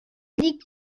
liegt